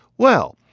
well,